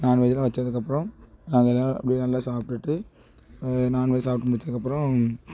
நாண்வெஜ்லாம் வச்சதுக்கப்பறோம் நாங்கள் எல்லாம் அப்படியே நல்லா சாப்பிடுட்டு நாண்வெஜ் சாப்பிட்டு முடிச்சதுக்கப்பறம்